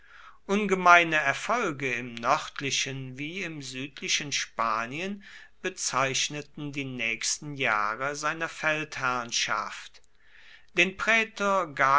ungemeine erfolge im nördlichen wie im südlichen spanien bezeichneten die nächsten jahre seiner feldherrnschaft den prätor